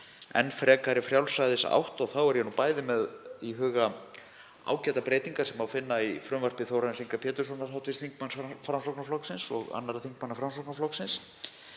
enn frekari frjálsræðisátt. Þá er ég nú bæði með í huga ágætar breytingar sem má finna í frumvarpi Þórarins Inga Péturssonar, hv. þingmanns Framsóknarflokksins og annarra þingmanna Framsóknarflokksins,